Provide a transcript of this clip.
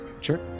Sure